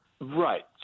Right